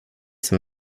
som